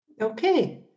Okay